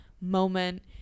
moment